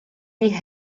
die